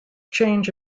change